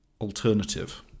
alternative